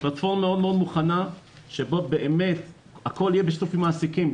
הפלטפורמה מוכנה ובה הכול יהיה בשיתוף עם המעסיקים,